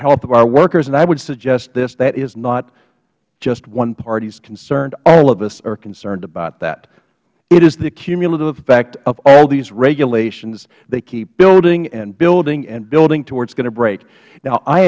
health of our workersh and i would suggest this that is not just one party's concern all of us are concerned about that it is the cumulative effect of all these regulations that keep building and building and building to where it is going to break now i